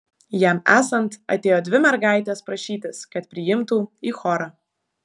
jam esant atėjo dvi mergaitės prašytis kad priimtų į chorą